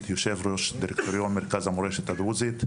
יושב-ראש דירקטוריון מרכז המורשת הדרוזית.